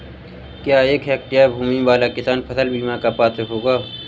क्या एक हेक्टेयर भूमि वाला किसान फसल बीमा का पात्र होगा?